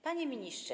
Panie Ministrze!